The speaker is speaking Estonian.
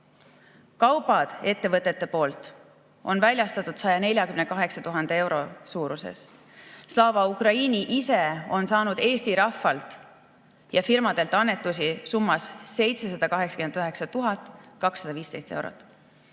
euro. Ettevõtted on kaupa väljastanud 148 000 euro suuruses summas. Slava Ukraini ise on saanud Eesti rahvalt ja firmadelt annetusi summas 789 215 eurot.